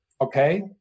okay